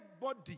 body